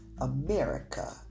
America